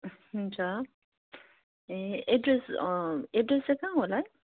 हुन्छ ए address address चाहिँ कहाँ होला